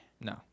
no